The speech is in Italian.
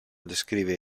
descrive